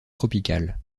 tropicale